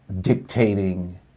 dictating